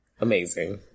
Amazing